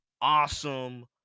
awesome